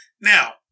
Now